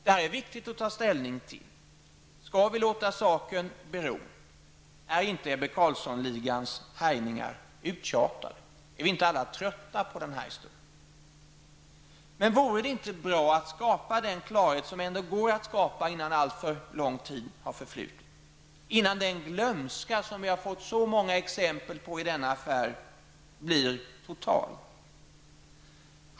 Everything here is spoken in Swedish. Detta är viktigt att ta ställning till. Skall vi låta saken bero? Är inte Ebbe Carlsson-ligans härjningar uttjatade? Är vi inte alla trötta på den här historien? Men vore det inte bra att skapa den klarhet som ändå går att skapa innan alltför lång tid har förflutit, innan den glömska som vi fått så många exempel på i denna affär blir total?